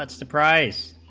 but surprise,